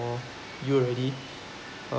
for you already uh